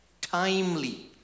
timely